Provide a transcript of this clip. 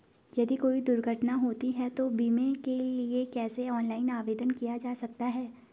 यदि कोई दुर्घटना होती है तो बीमे के लिए कैसे ऑनलाइन आवेदन किया जा सकता है?